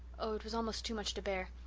oh, it was almost too much to bear!